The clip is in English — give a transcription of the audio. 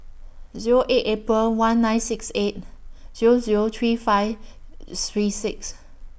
Zero eight April one nine six eight Zero Zero three five three six